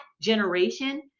generation